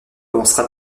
avancent